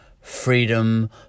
freedom